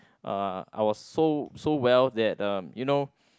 uh I was so so well that uh you know